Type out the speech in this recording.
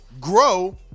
grow